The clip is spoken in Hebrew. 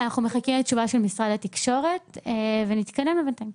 אנחנו מחכים לתשובה של משרד התקשורת ונתקדם בינתיים.